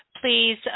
Please